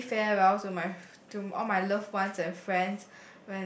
say farewell to my to all my loved one and friends